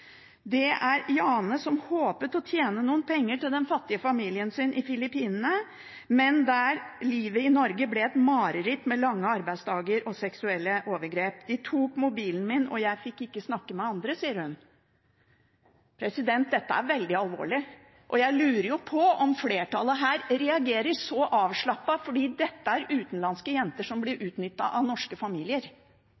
Det er om Jane som håpet på å tjene noen penger til den fattige familien sin i Filippinene, men der livet i Norge ble et mareritt med lange arbeidsdager og seksuelle overgrep. – De tok mobilen min, og jeg fikk ikke snakke med andre, sier hun. Dette er veldig alvorlig. Jeg lurer på om flertallet reagerer så avslappet fordi dette er utenlandske jenter som blir